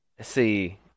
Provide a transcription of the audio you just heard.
see